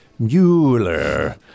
Mueller